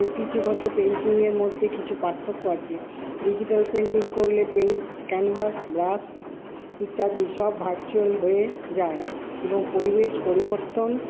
ঐতিহ্যগত পেইন্টিংয়ের মধ্যে কিছু পার্থক্য আছে ডিজিটাল পেইন্টিং করলে পেন ক্যানভাস ব্রাশ ইত্যাদি সব ভার্চুয়াল হয়ে যায় এবং পরিবেশ পরিবর্তন